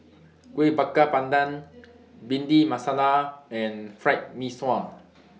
Kuih Bakar Pandan Bhindi Masala and Fried Mee Sua